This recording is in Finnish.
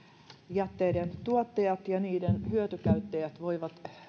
jätteiden tuottajat ja niiden hyötykäyttäjät voivat